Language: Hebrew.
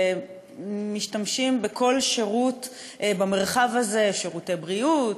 שמשתמשים בכל שירות במרחב הזה: שירותי בריאות,